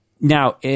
now